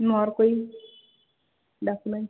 ma'am और कोई documents